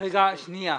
לשי?